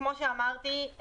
כמו שאמרתי,